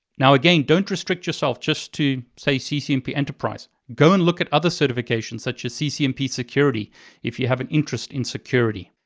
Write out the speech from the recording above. now again, don't restrict yourself just to say ccnp enterprise. go and look at other certifications such as ccnp security if you have an interest in security.